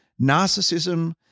narcissism